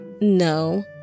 No